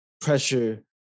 pressure